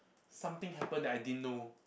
something happened that I didn't know